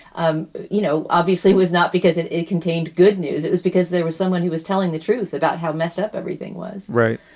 um you know, obviously was not because it it contained good news. it was because there was someone who was telling the truth about how messed up everything was. right